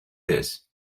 this